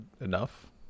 enough